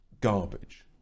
garbage